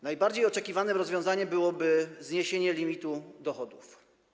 Najbardziej oczekiwanym rozwiązaniem byłoby zniesienie limitu dochodów.